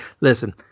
Listen